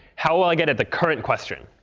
how will i get at the current question?